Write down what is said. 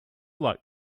like